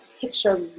picture